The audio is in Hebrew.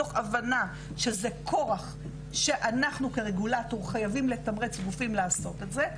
מתוך הבנה שזה כורח שאנחנו כרגולטור חייבים לתמרץ גופים לעשות את זה,